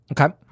Okay